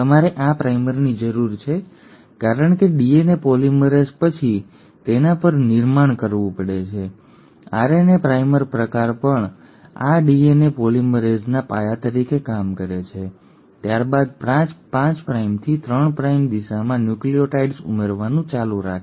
તમારે આ પ્રાઇમરની જરૂર છે કારણ કે ડીએનએ પોલિમરેઝ પછી તેના પર નિર્માણ કરવું પડે છે આરએનએ પ્રાઇમર પ્રકાર પણ આ ડીએનએ પોલિમરેઝના પાયા તરીકે કામ કરે છે ત્યારબાદ 5 પ્રાઇમથી 3 પ્રાઇમ દિશામાં ન્યુક્લિઓટાઇડ્સ ઉમેરવાનું ચાલુ રાખે છે